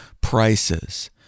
prices